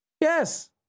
Yes